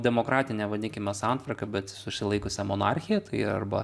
demokratine vadinkime santvarka bet susilaikiusia monarchija tai arba